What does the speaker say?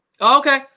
Okay